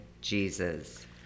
Jesus